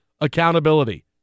accountability